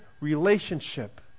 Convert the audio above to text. relationship